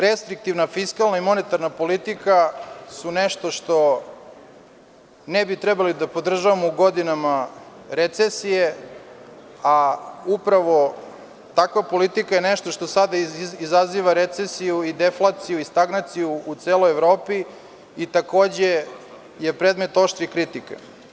Restriktivna fiskalna i monetarna politika su nešto što ne bi trebali da podržavamo u godinama recesije, a upravo takva politika je nešto što sada izaziva recesiju i deflaciju i stagnaciju u celoj Evropi i takođe je predmet oštrih kritika.